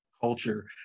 culture